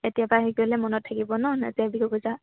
এতিয়াৰপৰা হেৰি কৰিলে মনত থাকিব নাজিৰাত বিহু বজাৰ